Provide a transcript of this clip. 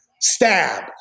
stab